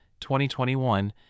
2021